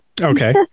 Okay